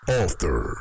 author